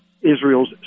Israel's